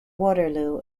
waterloo